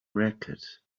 racket